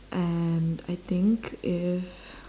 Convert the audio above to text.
and I think if